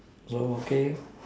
so okay